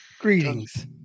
greetings